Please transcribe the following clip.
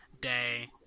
Day